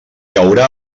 haurà